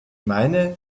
meine